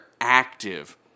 active